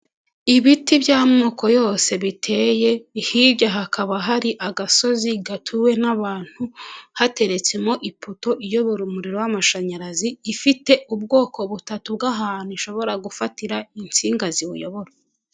Ibiti by'amoko yose biteye hirya hakaba hari agasozi gatuwe n'abantu, hateretsemo ipoto iyobora umuriro w'amashanyarazi, ifite ubwoko butatu bw'ahantu ishobora gufatira insinga ziwuyobora.